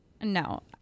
No